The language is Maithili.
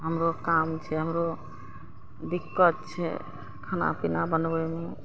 हमरो काम छै हमरो दिक्कत छै खाना पीना बनबैमे